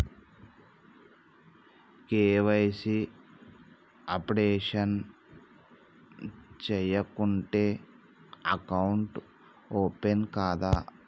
KYC updation చేయకుంటే account open కాదా?